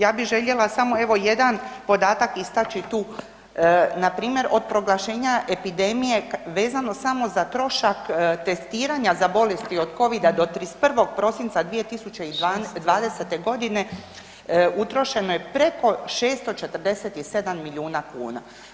Ja bi željela samo evo jedan podataka istaći tu npr. od proglašenja epidemije, vezano samo za trošak testiranja za bolesti od COVID-a do 31. prosinca 2020. g., utrošeno je preko 647 milijuna kuna.